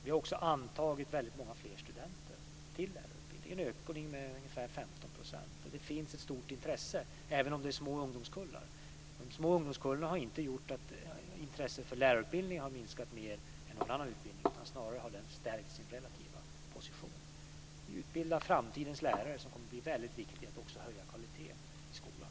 Vi har också antagit väldigt många fler studenter till lärarutbildningen. Det är en ökning med ungefär 15 %. Det finns ett stort intresse, trots att ungdomskullarna är små. De små ungdomskullarna har inte gjort att intresset för lärarutbildningen har minskat mer än intresset för någon annan utbildning. Lärarutbildningen har snarare stärkt sin relativa position. Vi utbildar framtidens lärare, som kommer att bli väldigt viktiga också när det gäller att höja kvaliteten i skolan.